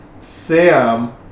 Sam